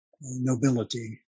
nobility